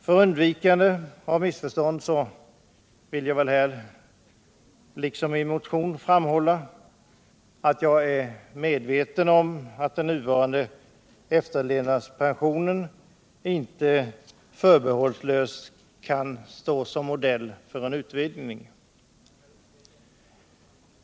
För undvikande av missförstånd vill jag här, liksom i min motion, framhålla att jag är medveten om att man inte förbehållslöst kan låta den nuvarande efterlevnadspensionen stå som modell för en utvidgning.